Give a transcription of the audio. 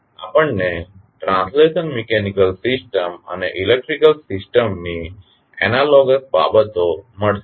આપણને translational mechanical system અને electrical સિસ્ટમની એનાલોગસ બાબતો મળશે